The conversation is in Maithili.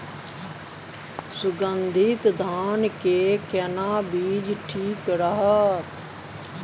सुगन्धित धान के केना बीज ठीक रहत?